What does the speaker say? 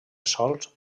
sòls